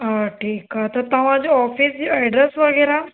हा ठीकु आहे त तव्हांजो ऑफ़िस जो एड्रेस वग़ैरह